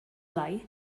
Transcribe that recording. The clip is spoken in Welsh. lai